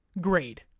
grade